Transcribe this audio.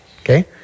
Okay